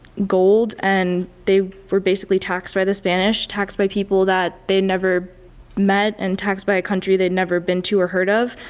gold and they were basically taxed by the spanish, taxed by people that they had never met and taxed by a country they'd never been to or heard of.